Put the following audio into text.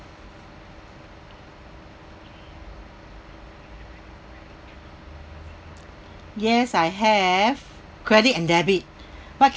yes I have credit and debit but